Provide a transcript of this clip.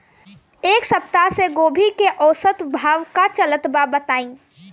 एक सप्ताह से गोभी के औसत भाव का चलत बा बताई?